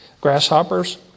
grasshoppers